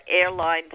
airline